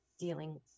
dealing